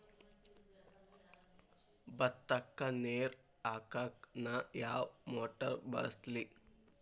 ಭತ್ತಕ್ಕ ನೇರ ಹಾಕಾಕ್ ನಾ ಯಾವ್ ಮೋಟರ್ ಬಳಸ್ಲಿ?